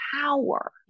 power